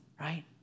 Right